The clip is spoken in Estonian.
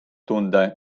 tunda